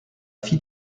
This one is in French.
fille